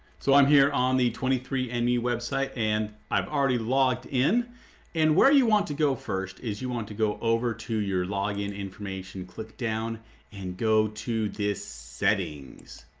so i'm here on the twenty three andme website and i've already logged in and where you want to go first is you want to go over to your login information click down and go to this settings.